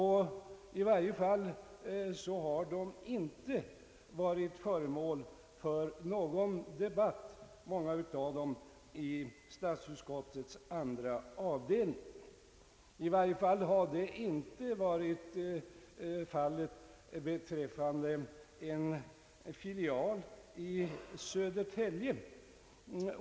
I varje fall har de inte varit föremål för någon debatt i statsutskottets andra avdelning — åtminstone har detta inte varit fallet beträffande en s.k. filial i Södertälje.